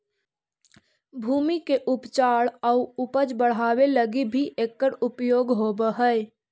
भूमि के उपचार आउ उपज बढ़ावे लगी भी एकर उपयोग होवऽ हई